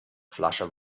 flasche